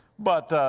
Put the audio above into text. but, ah,